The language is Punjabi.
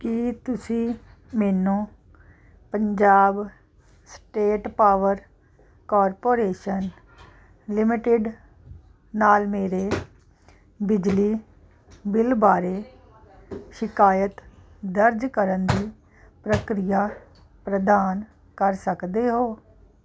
ਕੀ ਤੁਸੀਂ ਮੈਨੂੰ Punjab state power corporation limited ਨਾਲ ਮੇਰੇ ਬਿਜਲੀ ਬਿੱਲ ਬਾਰੇ ਸ਼ਿਕਾਇਤ ਦਰਜ ਕਰਨ ਦੀ ਪ੍ਰਕਿਰਿਆ ਪ੍ਰਦਾਨ ਕਰ ਸਕਦੇ ਹੋ